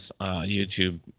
YouTube